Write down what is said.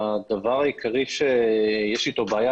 הדבר העיקרי שיש אתו בעיה,